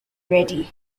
reddy